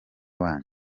wanyu